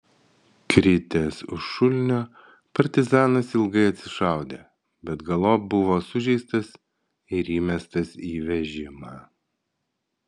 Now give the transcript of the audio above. kritęs už šulinio partizanas ilgai atsišaudė bet galop buvo sužeistas ir įmestas į vežimą